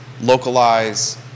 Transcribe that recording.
localize